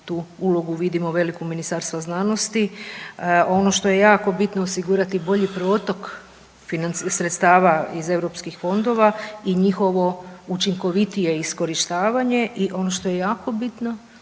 tu ulogu vidimo veliku Ministarstva znanosti. Ono to je jako bitno osigurati bolji protok sredstava iz eu fondova i njihovo učinkovitije iskorištavanje i ono što je jako bitno